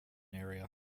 area